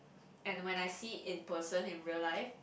and when I see it in person in real life